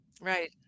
Right